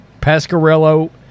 Pasquarello